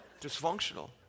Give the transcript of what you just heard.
Dysfunctional